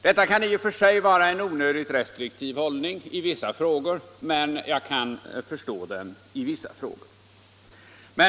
Detta kan i och för sig vara en onödigt restriktiv hållning i vissa frågor, men jag kan förstå den i vissa frågor.